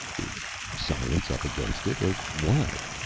is science up against it or what?